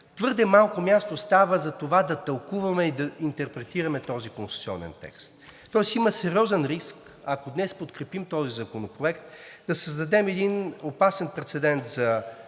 твърде малко място остава за това да тълкуваме и да интерпретираме този конституционен текст. Тоест има сериозен риск, ако днес подкрепим този законопроект, да създадем един опасен прецедент за